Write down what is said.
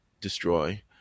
destroy